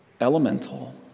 elemental